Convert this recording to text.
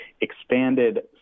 expanded